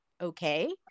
okay